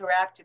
interactive